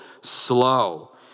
slow